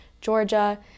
Georgia